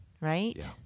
right